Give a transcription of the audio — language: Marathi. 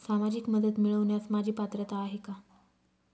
सामाजिक मदत मिळवण्यास माझी पात्रता आहे का?